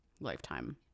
Lifetime